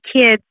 kids